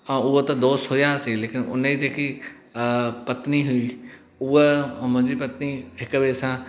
हा हूअं त दोस्त हुआसीं लेकिन उन जी जेकी पत्नी हुई उहा ऐं मुंहिंजी पत्नी हिक ॿिए सां